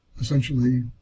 essentially